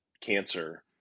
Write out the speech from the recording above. cancer